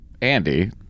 Andy